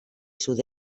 sud